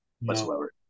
whatsoever